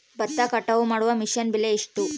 ಭತ್ತ ಕಟಾವು ಮಾಡುವ ಮಿಷನ್ ಬೆಲೆ ಎಷ್ಟು?